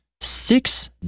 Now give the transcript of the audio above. six